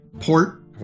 port